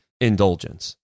indulgence